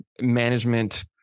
management